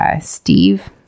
Steve